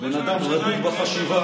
בן אדם רדוד בחשיבה.